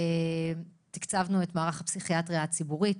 תקצבנו את מערך הפסיכיאטריה הציבורית.